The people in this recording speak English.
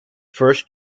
first